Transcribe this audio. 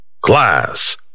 Class